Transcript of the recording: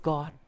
God